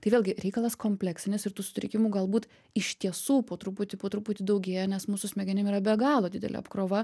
tai vėlgi reikalas kompleksinis ir tų sutrikimų galbūt iš tiesų po truputį po truputį daugėja nes mūsų smegenim yra be galo didelė apkrova